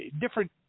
different